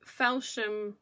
Felsham